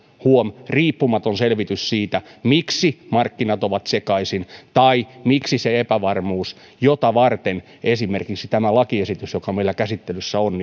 huom riippumatonta selvitystä siitä miksi markkinat ovat sekaisin tai miksi se epävarmuus jota varten esimerkiksi tämä lakiesitys joka meillä käsittelyssä on